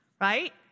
right